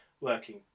working